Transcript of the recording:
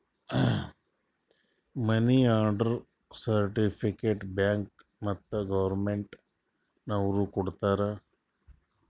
ಮನಿ order certificate bank ಮತ್ತ್ government ನವ್ರು ಕೊಡ್ತಾರ